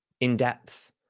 in-depth